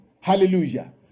Hallelujah